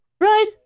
Right